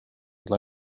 dla